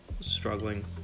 struggling